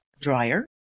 dryer